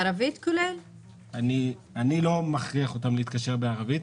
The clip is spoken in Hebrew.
אני לא מכריח אותם להתקשר בערבית,